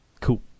Cool